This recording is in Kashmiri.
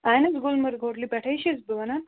اَہن حظ گُلمَرگ ہوٹلہِ پٮ۪ٹھَے چھَس بہٕ وَنان